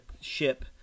ship